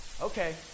okay